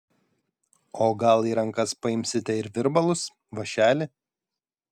o gal į rankas paimsite ir virbalus vąšelį